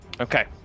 Okay